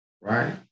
Right